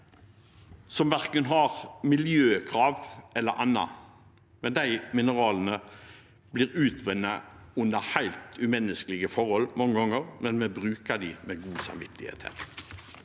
som verken har miljøkrav eller annet. De mineralene blir mange ganger utvunnet under helt umenneskelige forhold, men vi bruker dem med god samvittighet